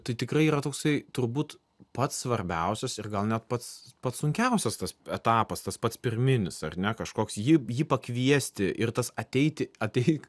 tai tikrai yra toksai turbūt pats svarbiausias ir gal net pats pats sunkiausias tas etapas tas pats pirminis ar ne kažkoks jį jį pakviesti ir tas ateiti ateik